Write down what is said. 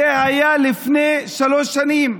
זה היה לפני שלוש שנים.